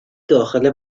داخل